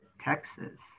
Texas